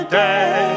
day